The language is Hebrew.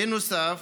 בנוסף,